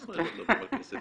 מה זאת אומרת לא מדברים על כסף?